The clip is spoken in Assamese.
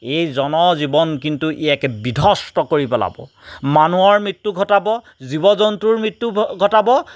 এই জনজীৱন কিন্তু ই একে বিধ্বস্ত কৰি পেলাব মানুহৰ মৃত্যু ঘটাব জীৱ জন্তুৰ মৃত্যু ঘটাব